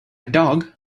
dog